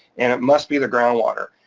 and it must be the ground water.